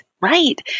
Right